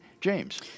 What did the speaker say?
James